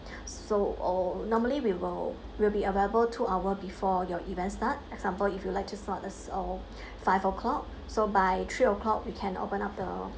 so uh normally we will we'll be available two hour before your event start example if you like to sort us all five o'clock so by three o'clock we can open up the